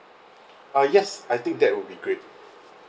uh yes I think that would be great